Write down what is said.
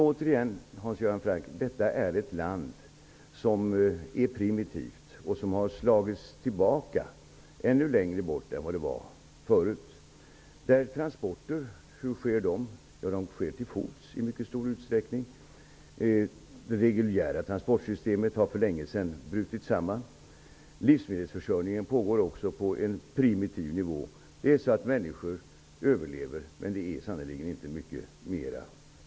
Återigen, Hans Göran Franck: Detta är ett land som är primitivt och som har slagits tillbaka ännu längre bort än vad det varit förut. Hur sker transporter? De sker i mycket stor utsträckning till fots. Det reguljära transportsystemet har för länge sedan brutit samman. Livsmedelsförsörjningen pågår också på en primitiv nivå. Människor överlever, men det är sannerligen inte mycket mer.